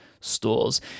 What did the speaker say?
stores